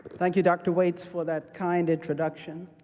thank you, dr. waitz, for that kind introduction,